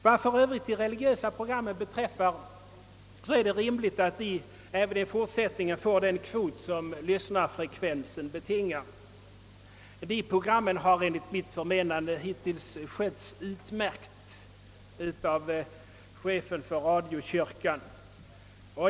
Vad för övrigt de religiösa program men beträffar är det rimligt att de även i fortsättningen får den kvot som lyssnarfrekvensen betingar. Programmen har enligt mitt förmenande hittills skötts utmärkt av chefen för radiokyrkan.